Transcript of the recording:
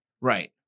Right